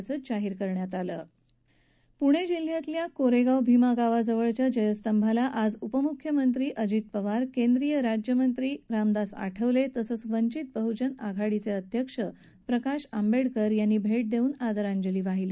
प्णे जिल्ह्यातील कोरेगाव भीमा गावाजवळच्या जयस्तंभाला आज उपमुख्यमंत्री अजित पवार केंद्रीय राज्यमंत्री रामदास आठवले तसंच वंचित बहजन आघाडीचे अध्यक्ष प्रकाश आंबेडकर यांनी भेट देऊन आदरांजली वाहिली